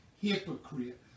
hypocrite